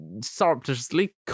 Surreptitiously